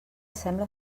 sembla